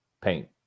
paint